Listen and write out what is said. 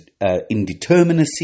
indeterminacy